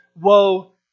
Woe